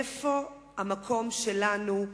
איפה המקום שלנו,